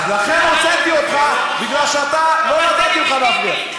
אז לכן הוצאתי אותך, כי לא נתתי לך להפריע.